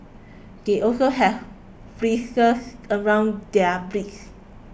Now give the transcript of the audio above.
they also have bristles around their beaks